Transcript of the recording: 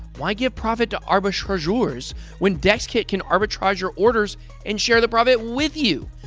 why give profit to arbitrageurs when dexkit can arbitrage your orders and share the profit with you?